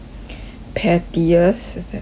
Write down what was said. pettiest 在哪里